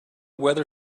weather